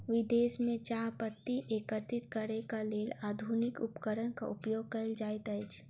विदेश में चाह पत्ती एकत्रित करैक लेल आधुनिक उपकरणक उपयोग कयल जाइत अछि